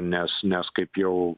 nes nes kaip jau